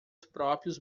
próprios